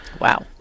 Wow